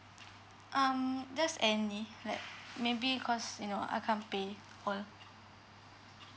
um just any like maybe cause you know I can't pay all